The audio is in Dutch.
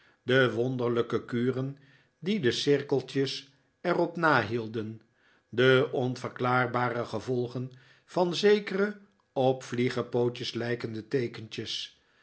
de wonderlijke kuren die de cirkeltjes er op na hielden de onverklaarbare gevolgen van zekere op vliegepootjes lijkende teekentjes